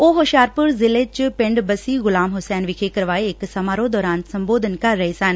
ਉਹ ਹੁਸ਼ਿਆਰਪੁਰ ਜ਼ਿਲ੍ਜੇ ਚ ਪਿੰਡ ਬੱਸੀ ਗੁਲਾਮ ਹੁਸੈਨ ਵਿਖੇ ਕਰਵਾਏ ਇਕ ਸਮਾਰੋਹ ਦੌਰਾਨ ਸੰਬੋਧਨ ਕਰ ਰਹੇ ਸਨ